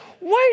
wait